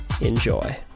Enjoy